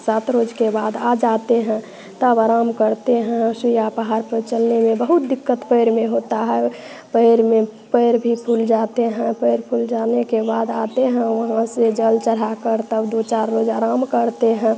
सात रोज़ के बाद आ जाते हैं तब आराम करते हैं सुईया पहाड़ पर चलने में बहुत दिक्कत पैर में होता है पैर में पैर भी फूल जाते हाँ पैर फूल जाने के बाद आते हैं वहाँ से जल चढ़ाकर तब दो चार रोज़ आराम करते हैं